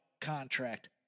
contract